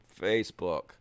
Facebook